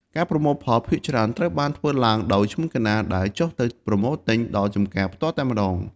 ការប្រមូលផលភាគច្រើនត្រូវបានធ្វើឡើងដោយឈ្មួញកណ្តាលដែលចុះទៅប្រមូលទិញដល់ចម្ការផ្ទាល់តែម្តង។